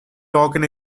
token